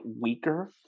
weaker